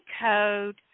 code